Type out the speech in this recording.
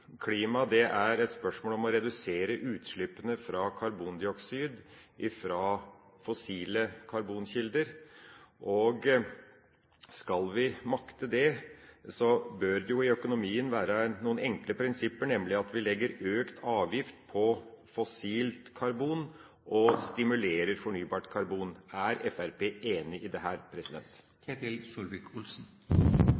om å redusere utslippene fra karbondioksid, fra fossile karbonkilder. Skal vi makte det, bør det jo i økonomien være noen enkle prinsipper, nemlig at vi legger økt avgift på fossilt karbon og stimulerer til fornybart karbon. Er Fremskrittspartiet enig i